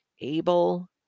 able